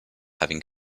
having